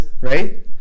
right